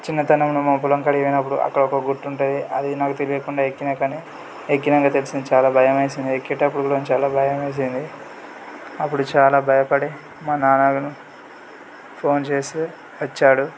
చిన్నతనంలో మా పొలం కాడికి పోయినపుడు అక్కడ ఒక గుట్ట ఉంటుంది అది నాకు తెలియకుండానే ఎక్కినాకనే ఎక్కినాక తెలిసింది చాలా భయం వేసింది ఎక్కేటపుడు కూడా చాలా భయం వేసింది అప్పుడు చాలా భయపడి మా నాన్నకు ఫోన్ చేస్తే వచ్చాడు